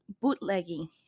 bootlegging